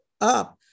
up